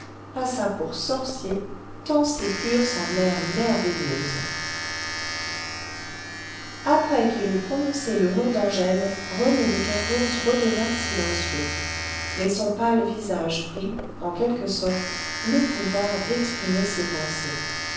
passa pour sorcier tant ses cures semblèrent merveilleuses après qu'il eut prononcé le nom d'angèle rené de kervoz redevint silencieux mais son pâle visage prit en quelque sorte le pouvoir d'exprimer ses pensées